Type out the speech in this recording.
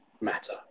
matter